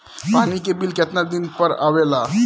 पानी के बिल केतना दिन पर आबे ला?